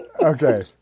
Okay